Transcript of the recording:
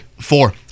Four